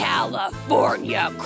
California